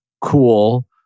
cool